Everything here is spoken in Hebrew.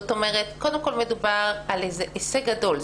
זאת אומרת, קודם כל, מדובר על הישג גדול.